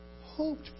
hoped